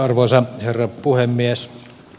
arvoisa herra puhemies